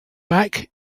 back